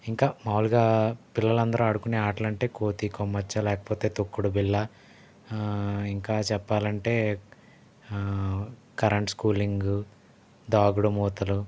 ఇంకా మాములుగా పిల్లలందరూ ఆడుకొనే ఆట్లా అంటే కోతి కొమ్మచ్చి లేకపోతే తొక్కుడు బిల్ల ఇంకా చెప్పాలంటే కరెంటు స్కూలింగు దాగుడుమూతలు